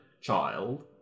child